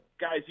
guys